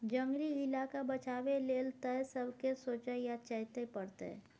जंगली इलाका बचाबै लेल तए सबके सोचइ आ चेतै परतै